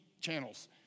channels